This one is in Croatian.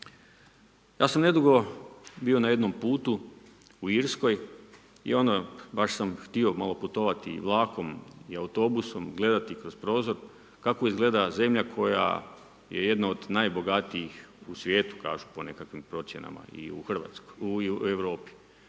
Ja sam nedugo bio na jednom putu u Irskoj i ono baš sam htio malo putovati i vlakom i autobusom, gledati kroz prozor, kako izgleda zemlja koja je jedna od najbogatijih u svijetu, kažu po nekakvim procjenama i u Europi,